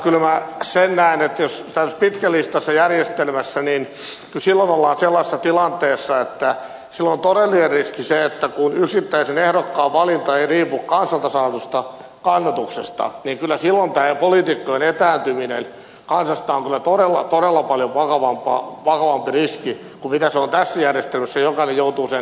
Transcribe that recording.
mutta kyllä minä näen että tämmöisessä pitkälistaisessa järjestelmässä ollaan sellaisessa tilanteessa että silloin todellinen riski on se että kun yksittäisen ehdokkaan valinta ei riipu kansalta saadusta kannatuksesta niin kyllä silloin tämä poliitikkojen etääntyminen kansasta on todella paljon vakavampi riski kuin se on tässä järjestelyssä